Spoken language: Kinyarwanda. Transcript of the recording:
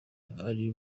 ari